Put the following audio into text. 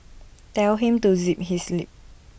tell him to zip his lip